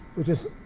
which is